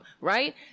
right